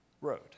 road